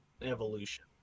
evolution